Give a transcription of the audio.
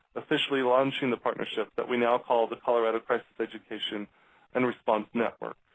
officially launching the partnership that we now call the colorado crisis education and reponse network,